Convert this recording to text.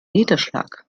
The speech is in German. niederschlag